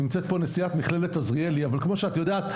נמצאת פה נשיאת מכללת עזריאלי, אבל כמו שאת יודעת,